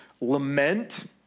Lament